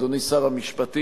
אדוני שר המשפטים,